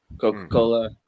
coca-cola